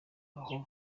aho